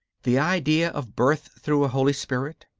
the idea of birth through a holy spirit,